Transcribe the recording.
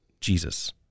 jesus